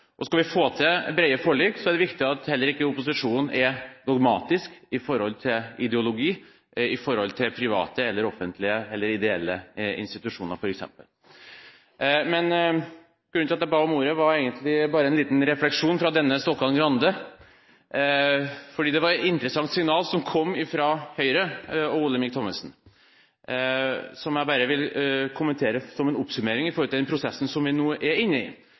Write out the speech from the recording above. arbeidet. Skal vi få til brede forlik, er det viktig at heller ikke opposisjonen er dogmatisk i forhold til ideologi, i forhold til f.eks. private, offentlige eller ideelle institusjoner. Grunnen til at jeg ba om ordet, var egentlig bare en liten refleksjon fra «denne» Stokkan-Grande. Det var et interessant signal som kom fra Høyre og Olemic Thommessen, som jeg bare vil kommentere som en oppsummering i den prosessen som vi nå er inne i.